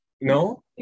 No